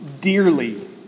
dearly